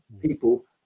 people